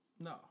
No